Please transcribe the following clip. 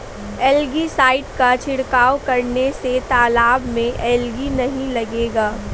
algae side का छिड़काव करने से तालाब में एलगी नहीं लगेगा